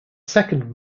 second